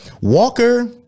Walker